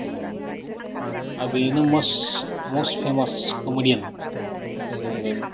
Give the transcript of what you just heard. उम आर बेनो मस्ट फेमास कमेडियान जों जायखौ बुंगोन